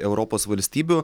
europos valstybių